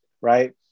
right